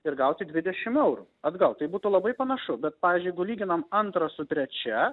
ir gauti dvidešim eurų atgal tai būtų labai panašu bet pavyzdžiui jeigu lyginam antrą su trečia